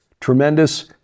tremendous